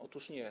Otóż nie.